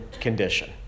condition